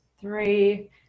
three